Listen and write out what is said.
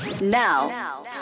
Now